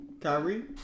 Kyrie